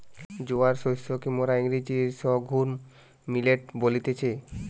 জোয়ার শস্যকে মোরা ইংরেজিতে সর্ঘুম মিলেট বলতেছি